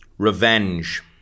Revenge